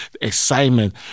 excitement